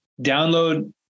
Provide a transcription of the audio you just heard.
Download